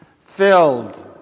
Filled